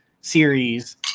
series